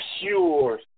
pure